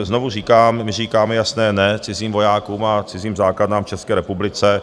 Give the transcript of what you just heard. Znovu říkám, my říkáme jasné ne cizím vojákům a cizím základnám v České republice.